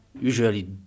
usually